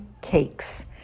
Cakes